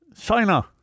China